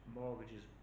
mortgages